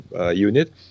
unit